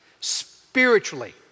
spiritually